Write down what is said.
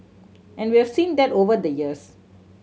and we've seen that over the years